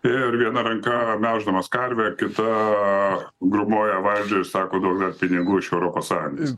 ir viena ranka melždamas karvę kita grūmoja vaidui ir sako duok dar pinigų iš europos sąjungos